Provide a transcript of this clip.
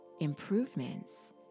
improvements